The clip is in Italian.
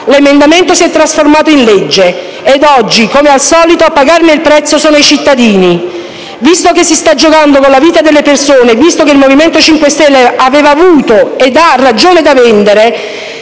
l'emendamento si è trasformando in legge ed oggi, come al solito, a pagarne il prezzo sono i cittadini. Visto che si sta giocando con la vita delle persone e visto che il Movimento 5 Stelle aveva avuto ed ha ragione da vendere,